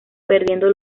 perdiendo